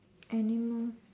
animal